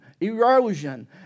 erosion